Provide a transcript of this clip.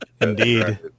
Indeed